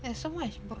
there's so much